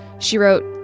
she wrote,